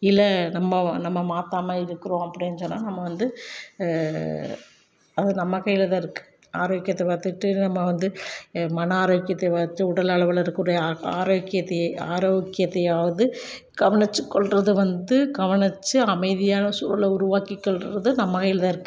இல்லை நம்ம நம்ம மாற்றாம இருக்கிறோம் அப்படின்னு சொன்னால் நம்ம வந்து அது நம்ம கையில் தான் இருக்குது ஆரோக்கியத்த பார்த்துட்டு நம்ம வந்து மன ஆரோக்கியத்தை பார்த்து உடலளவில் இருக்கக்கூடிய ஆ ஆரோக்கியத்தையே ஆரோக்கியத்தையாவது கவனித்துக் கொள்றது வந்து கவனித்து அமைதியான சூழலை உருவாக்கிக்கொள்றது நம்ம கையில் தான் இருக்குது